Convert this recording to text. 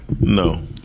no